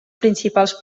principals